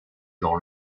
dans